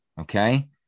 Okay